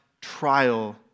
trial